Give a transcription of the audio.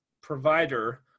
provider